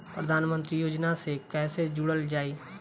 प्रधानमंत्री योजना से कैसे जुड़ल जाइ?